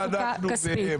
מה זה אנחנו והם?